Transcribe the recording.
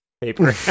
paper